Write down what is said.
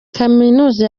kaminuza